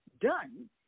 done